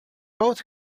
both